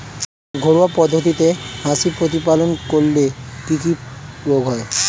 ঘরোয়া পদ্ধতিতে হাঁস প্রতিপালন করলে কি কি রোগ হয়?